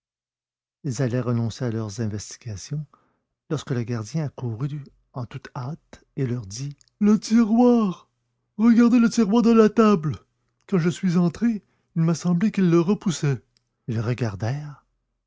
ils allaient renoncer à leurs investigations lorsque le gardien accourut en toute hâte et leur dit le tiroir regardez le tiroir de la table quand je suis entré il m'a semblé qu'il le repoussait ils